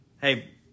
hey